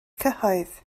cyhoedd